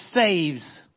saves